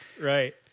Right